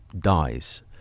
dies